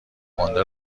مانده